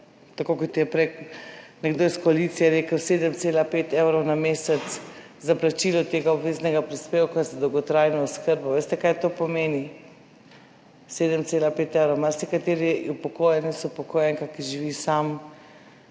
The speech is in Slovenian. tako kot je prej nekdo iz koalicije rekel, 7,5 evrov na mesec za plačilo tega obveznega prispevka za dolgotrajno oskrbo. Veste kaj to pomeni? 7,5 evrov marsikateri upokojenec, upokojenka, ki živi sam,